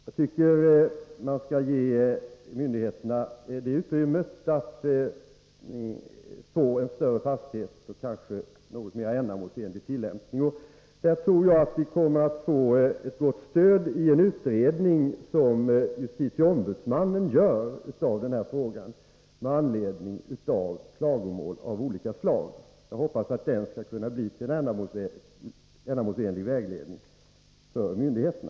Jag tycker att myndigheterna bör ges utrymme så att det kan bli en större fasthet och kanske något mera ändamålsenlighet i tillämpningen. I det fallet tror jag att vi kommer att få ett gott stöd i en utredning som justitieombudsmannen gör av den här frågan med anledning av klagomål av olika slag. Jag hoppas att den skall kunna bli till vägledning för myndigheterna.